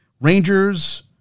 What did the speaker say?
Rangers